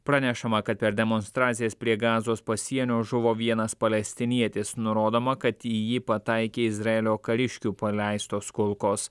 pranešama kad per demonstracijas prie gazos pasienio žuvo vienas palestinietis nurodoma kad į jį pataikė izraelio kariškių paleistos kulkos